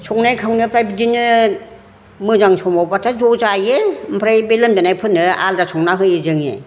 संनाय खावनायफ्राय बिदिनो मोजां समावब्ला ज' जायो ओमफ्राय बे लोमजानायफोरनो आलदा संना होयो जोङो